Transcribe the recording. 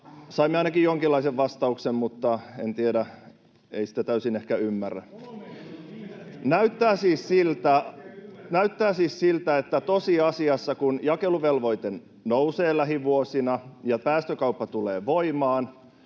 Saimme ainakin jonkinlaisen vastauksen, mutta en tiedä... Ei sitä täysin ehkä ymmärrä. Näyttää siis siltä, että kun tosiasiassa jakeluvelvoite nousee lähivuosina ja päästökauppa tulee voimaan,